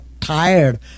tired